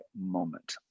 moment